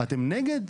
אתם נגד?